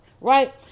right